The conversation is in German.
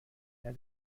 mehr